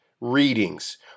readings